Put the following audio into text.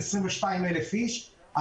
22,000 איש,